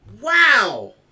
wow